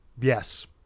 yes